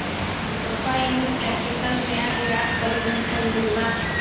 ರೂಪಾಯಿನೂ ಕ್ಯಾಪಿಟಲ್ನ್ಯಾಗ್ ಯಾಕ್ ಪರಿಗಣಿಸೆಂಗಿಲ್ಲಾ?